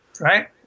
right